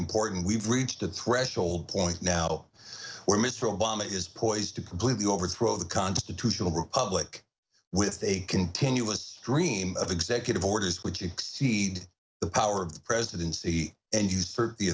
important we've reached a threshold point now where mr obama is poised to completely overthrow the constitutional republic with a continuous stream of executive orders which exceed the power of the presidency and use for the